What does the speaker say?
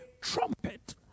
trumpet